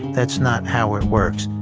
that's not how it works.